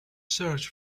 search